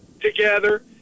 together